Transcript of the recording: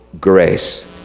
grace